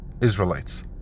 Israelites